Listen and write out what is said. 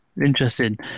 interesting